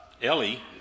Ellie